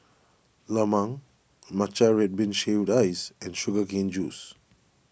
Lemang Matcha Red Bean Shaved Ice and Sugar Cane Juice